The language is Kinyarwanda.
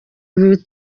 ibi